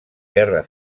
guerra